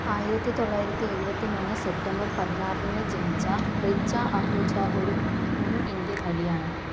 ആയിരത്തി തൊള്ളായിരത്തി എഴുപത്തിമൂന്ന് സെപ്റ്റംബർ പതിനാറിന് ജനിച്ച റിച്ച അഹൂജ ഒരു മുൻ ഇന്ത്യൻ നടിയാണ്